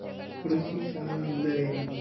ಕೃಷಿ ಸಾಲ ಅಂದರೇನು?